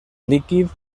líquid